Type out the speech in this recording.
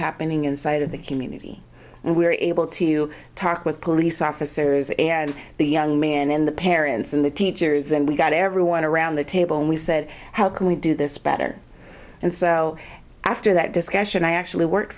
happening inside of the community and we were able to talk with police officers and the young man in the parents and the teachers and we got everyone around the table and we said how can we do this better and so after that discussion i actually worked